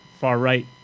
far-right